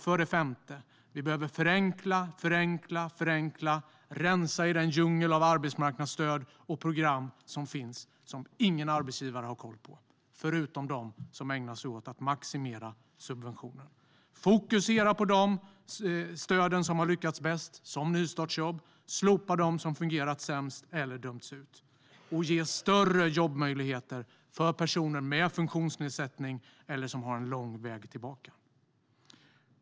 För det femte behöver vi förenkla och rensa i den djungel av arbetsmarknadsstöd och program som finns och som ingen arbetsgivare har koll på förutom de som ägnar sig åt att maximera subventionen. Vi ska fokusera på de stöd som har lyckats bäst, såsom nystartsjobb, och slopa dem som har fungerat sämst eller dömts ut. Vi ska ge större jobbmöjligheter för personer med funktionsnedsättning och för dem som har en lång väg tillbaka.